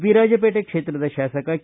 ವಿರಾಜಪೇಟೆ ಕ್ಷೇತ್ರದ ಶಾಸಕ ಕೆ